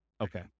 Okay